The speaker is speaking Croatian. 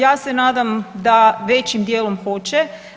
Ja se nadam da većim dijelom hoće.